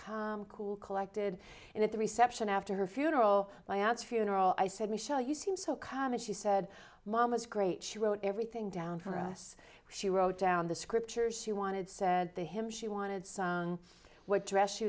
calm cool collected and at the reception after her funeral my aunt's funeral i said we show you seem so calm and she said mom was great she wrote everything down for us she wrote down the scriptures she wanted said to him she wanted sung what dress she